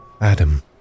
Adam